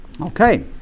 Okay